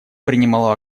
принимала